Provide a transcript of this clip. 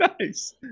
Nice